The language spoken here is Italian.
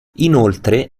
inoltre